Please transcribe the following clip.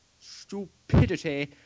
stupidity